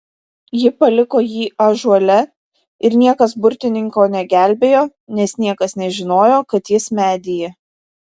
ji paliko jį ąžuole ir niekas burtininko negelbėjo nes niekas nežinojo kad jis medyje